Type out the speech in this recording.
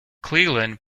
cleland